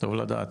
טוב לדעת.